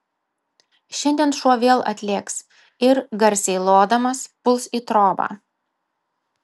šiandien šuo vėl atlėks ir garsiai lodamas puls į trobą